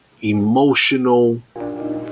emotional